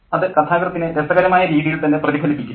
അത് കഥാകൃത്തിനെ രസകരമായ രീതിയിൽത്തന്നെ പ്രതിഫലിപ്പിക്കുന്നു